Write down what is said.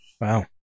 Wow